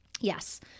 Yes